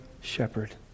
shepherd